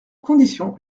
conditions